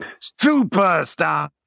Superstar